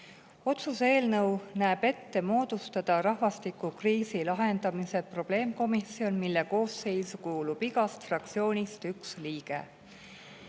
Otsuse eelnõu näeb ette moodustada rahvastikukriisi lahendamise probleemkomisjon, mille koosseisu kuulub igast fraktsioonist üks liige.